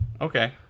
Okay